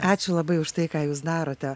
ačiū labai už tai ką jūs darote